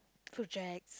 projects